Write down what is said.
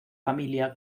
familia